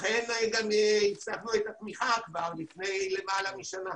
לכן גם הפסקנו את התמיכה כבר לפני למעלה משנה.